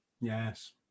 Yes